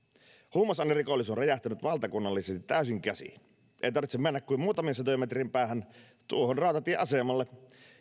huumausainerikollisuus on räjähtänyt valtakunnallisesti täysin käsiin ei tarvitse mennä kuin muutamien satojen metrien päähän tuohon rautatieasemalle